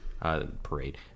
Parade